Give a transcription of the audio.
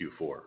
Q4